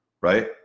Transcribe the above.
right